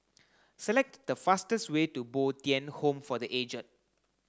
select the fastest way to Bo Tien Home for the Aged